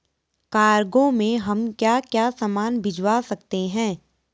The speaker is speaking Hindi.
कार्गो में हम क्या क्या सामान भिजवा सकते हैं?